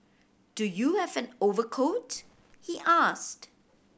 do you have an overcoat he asked